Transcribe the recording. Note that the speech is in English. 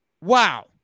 Wow